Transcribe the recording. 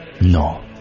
No